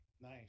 nice